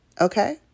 Okay